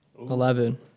Eleven